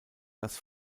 das